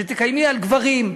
שתקיימי על גברים,